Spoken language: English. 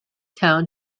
town